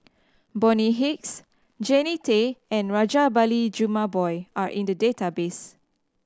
Bonny Hicks Jannie Tay and Rajabali Jumabhoy are in the database